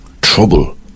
trouble